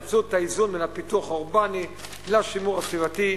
חיפשו את האיזון בין הפיתוח האורבני לשימור הסביבתי.